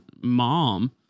mom